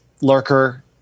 lurker